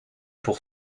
pour